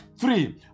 three